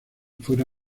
fuera